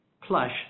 Plush